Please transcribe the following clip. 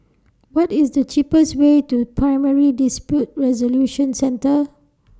What IS The cheapest Way to Primary Dispute Resolution Centre